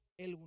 el